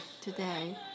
today